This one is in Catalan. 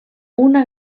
una